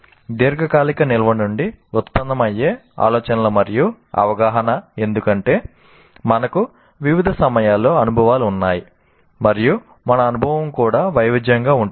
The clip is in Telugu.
దీర్ఘకాలిక నిల్వ నుండి ఉత్పన్నమయ్యే ఆలోచనలు మరియు అవగాహన ఎందుకంటే మనకు వివిధ సమయాల్లో అనుభవాలు ఉన్నాయి మరియు మన అనుభవం కూడా వైవిధ్యంగా ఉంటుంది